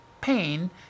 pain